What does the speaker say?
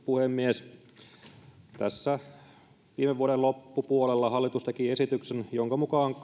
puhemies tässä viime vuoden loppupuolella hallitus teki esityksen jonka mukaan